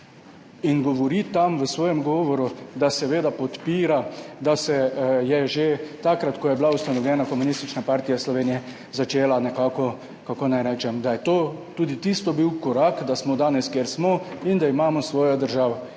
in govori tam v svojem govoru, da podpira, da se je že takrat, ko je bila ustanovljena Komunistična partija Slovenije začela nekako – kako naj rečem? – da je tudi tisto bil korak, da smo danes, kjer smo, in da imamo svojo državo.